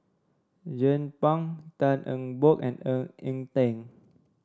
Jernnine Pang Tan Eng Bock and Ng Eng Teng